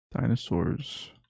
Dinosaurs